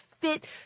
fit